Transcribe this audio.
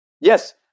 Yes